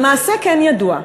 למעשה, כן ידוע.